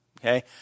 okay